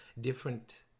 different